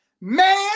Man